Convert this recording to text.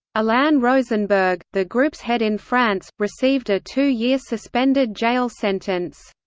alain rosenberg, the group's head in france, received a two-year suspended jail sentence.